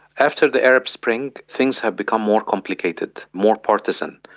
after the arab spring, things have become more complicated, more partisan.